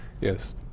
Yes